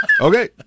Okay